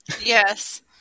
Yes